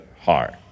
heart